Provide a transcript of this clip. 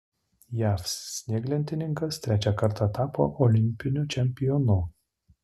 jav snieglentininkas trečią kartą tapo olimpiniu čempionu